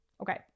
Okay